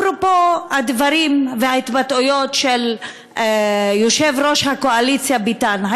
אפרופו הדברים וההתבטאויות של יושב-ראש הקואליציה ביטן,